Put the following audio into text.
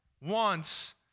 wants